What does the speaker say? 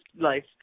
life